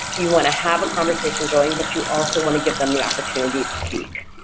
you want to have a conversation going but you also want to give them the opportunity to speak.